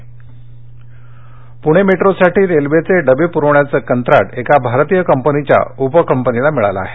पणे मेट्रो पूणे मेट्रोसाठी रेल्वेचे डबे पुरवण्याचं कंत्राट एका भारतीय कंपनीच्या उपकंपनीला मिळालं आहे